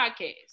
podcast